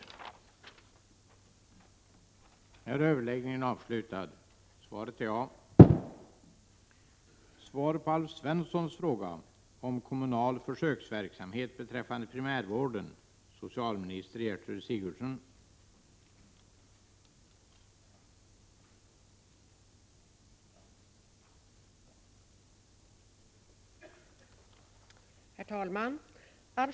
regeringen har gjort sig skyldig till en grav felbedömning när resurserna till